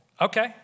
okay